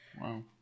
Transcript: Wow